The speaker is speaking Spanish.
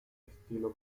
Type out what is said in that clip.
estilo